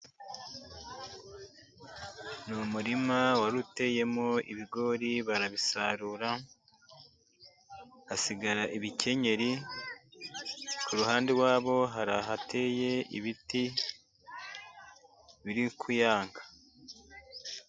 Ni umurima wari uteyemo ibigori barabisarura hasigara ibikenyeri, ku ruhande rwabo hari ahateye ibiti biri kuyanga.